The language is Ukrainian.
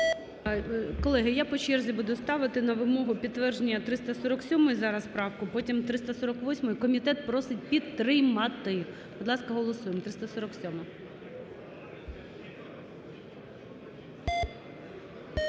Колеги, я по черзі буду ставити на вимогу підтвердження 347 зараз правку, потім – 348-у. Комітет просить підтримати. Будь ласка, голосуємо, 347-а.